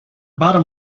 bottom